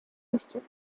history